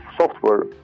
software